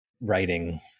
writing